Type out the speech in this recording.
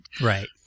right